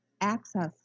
access